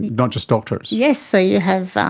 not just doctors. yes, so you have